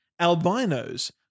albinos